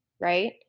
right